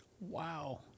Wow